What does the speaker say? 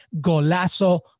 golazo